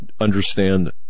understand